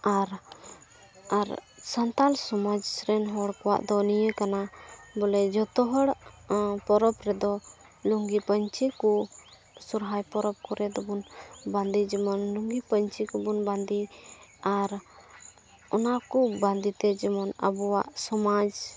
ᱟᱨ ᱟᱨ ᱥᱟᱱᱛᱟᱞ ᱥᱚᱢᱟᱡᱽ ᱨᱮᱱ ᱦᱚᱲ ᱠᱚᱣᱟᱜ ᱫᱚ ᱱᱤᱭᱟᱹ ᱠᱟᱱᱟ ᱵᱚᱞᱮ ᱡᱚᱛᱚ ᱦᱚᱲ ᱯᱚᱨᱚᱵᱽ ᱨᱮᱫᱚ ᱞᱩᱝᱜᱤ ᱯᱟᱺᱪᱤ ᱠᱚ ᱥᱚᱦᱚᱨᱟᱭ ᱯᱚᱨᱚᱵᱽ ᱠᱚᱨᱮ ᱫᱚᱵᱚᱱ ᱵᱟᱸᱫᱮ ᱡᱮᱢᱚᱱ ᱞᱩᱝᱜᱤ ᱯᱟᱺᱪᱤ ᱠᱚᱵᱚᱱ ᱵᱟᱸᱫᱮᱭᱟ ᱟᱨ ᱚᱱᱟ ᱠᱚ ᱵᱟᱸᱫᱮᱛᱮ ᱡᱮᱢᱚᱱ ᱟᱵᱚᱣᱟᱜ ᱥᱚᱢᱟᱡᱽ